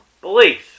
beliefs